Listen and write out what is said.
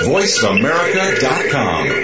VoiceAmerica.com